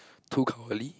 too cowardly